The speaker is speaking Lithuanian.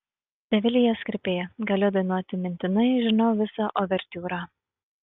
sevilijos kirpėją galiu dainuoti mintinai žinau visą uvertiūrą